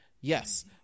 yes